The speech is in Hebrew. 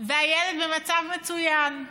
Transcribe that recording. והילד במצב מצוין.